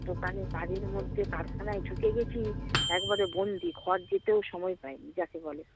দোকানে কাজের মধ্যে কারখানায় ঢুকে গেছি একবারে বন্দি ঘর যেতেও সময় পাইনি যাকে বলে